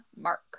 mark